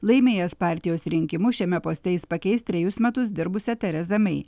laimėjęs partijos rinkimus šiame poste jis pakeis trejus metus dirbusią terezą mei